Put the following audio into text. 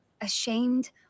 Ashamed